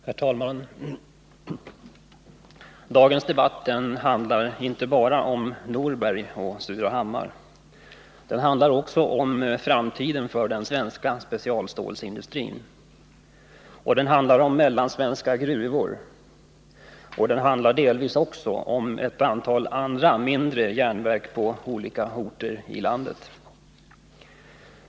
Herr talman! Dagens debatt handlar inte bara om Norberg och Surahammar. Den handlar också om framtiden för den svenska specialstålsindustrin. Den handlar vidare om mellansvenska gruvor, och den handlar delvis också om ett antal andra, mindre järnverk på olika orter i landet.